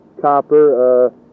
copper